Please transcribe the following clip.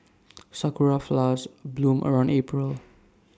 Sakura Flowers bloom around April